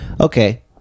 Okay